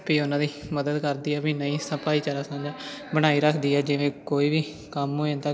ਅਤੇ ਉਨ੍ਹਾਂ ਦੀ ਮਦਦ ਕਰਦੀ ਹੈ ਵੀ ਨਹੀਂ ਸਭ ਭਾਈਚਾਰਾ ਸਾਂਝਾ ਬਣਾਈ ਰੱਖਦੀ ਹੈ ਜਿਵੇਂ ਕੋਈ ਵੀ ਕੰਮ ਹੋ ਜਾਂਦਾ